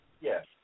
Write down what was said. yes